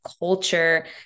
culture